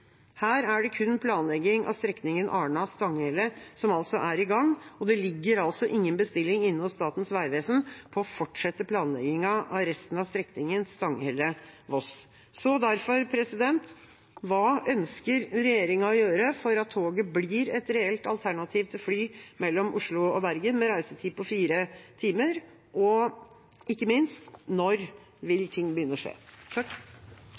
Her er det kun planlegging av strekningen Arna–Stanghelle som er i gang, og det ligger altså ingen bestilling inne hos Statens vegvesen på å fortsette planleggingen av resten av strekningen Stanghelle–Voss. Så derfor: Hva ønsker regjeringa å gjøre for at toget blir et reelt alternativ til fly mellom Oslo og Bergen med reisetid på fire timer? Og ikke minst: Når vil ting begynne å skje?